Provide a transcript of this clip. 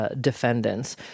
defendants